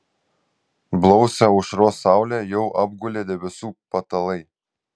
blausią aušros saulę jau apgulė debesų patalai